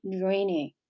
draining